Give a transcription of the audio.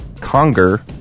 Conger